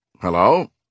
Hello